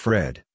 Fred